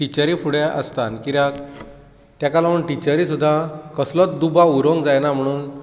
टिचरी फुडें आसतात कित्याक ताका लागून टिचरी सुद्दां कसलोच दुबाव उरोंक जायना म्हणून